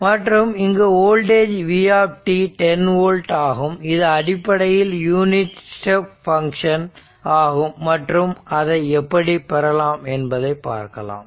மற்றும் இங்கு voltage v 10 volt ஆகும் இது அடிப்படையில் யூனிட் ஸ்டெப் ஃபங்ஷன் ஆகும் மற்றும் அதை எப்படி பெறலாம் என்பதை பார்க்கலாம்